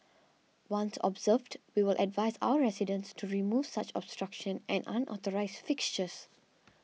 once observed we will advise our residents to remove such obstruction and unauthorised fixtures